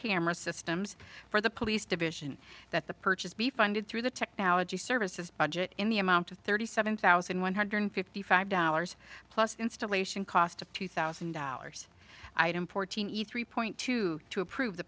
camera systems for the police division that the purchase be funded through the technology services budget in the amount of thirty seven thousand one hundred fifty five dollars plus installation cost of two thousand dollars item fourteen eat three point two two approve the